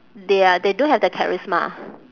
they are they don't have that charisma